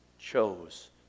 chose